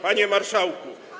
Panie Marszałku!